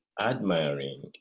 admiring